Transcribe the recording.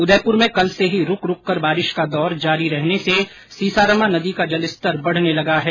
उदयपुर में कल से ही रूक रूक कर बारिश का दौर जारी रहने से सीसारमा नदी का जलस्तर बढ़ने लगा है